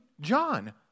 John